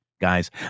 guys